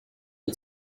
you